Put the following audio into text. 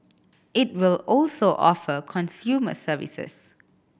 it will also offer consumer services